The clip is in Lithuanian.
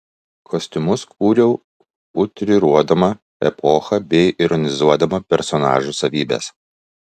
kostiumus kūriau utriruodama epochą bei ironizuodama personažų savybes